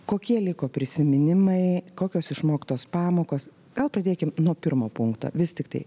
kokie liko prisiminimai kokios išmoktos pamokos gal pradėkim nuo pirmo punkto vis tiktai